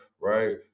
right